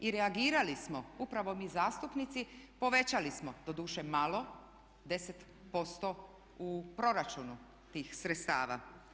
I reagirali smo upravo mi zastupnici, povećali smo doduše malo 10% u proračunu tih sredstava.